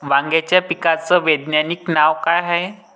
वांग्याच्या पिकाचं वैज्ञानिक नाव का हाये?